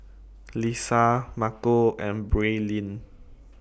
Lissa Marco and Braelyn